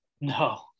No